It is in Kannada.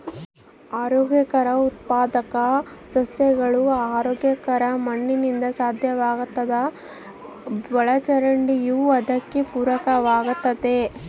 ಆರೋಗ್ಯಕರ ಉತ್ಪಾದಕ ಸಸ್ಯಗಳು ಆರೋಗ್ಯಕರ ಮಣ್ಣಿನಿಂದ ಸಾಧ್ಯವಾಗ್ತದ ಒಳಚರಂಡಿಯೂ ಅದಕ್ಕೆ ಪೂರಕವಾಗಿರ್ತತೆ